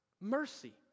Mercy